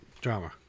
drama